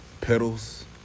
pedals